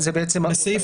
זה בסעיף